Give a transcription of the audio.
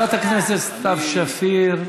אדוני, חברת הכנסת סתיו שפיר.